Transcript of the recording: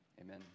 amen